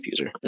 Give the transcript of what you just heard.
diffuser